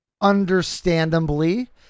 understandably